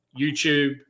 YouTube